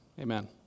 Amen